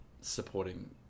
supporting